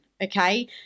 okay